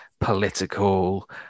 political